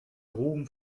ruhm